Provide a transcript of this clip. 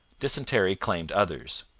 dysentery claimed others.